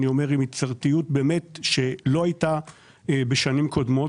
עם יצירתיות שלא הייתה בשנים קודמות,